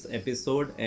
episode